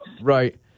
Right